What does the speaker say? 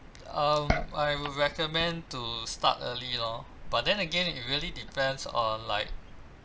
um I would recommend to start early lor but then again it really depends on like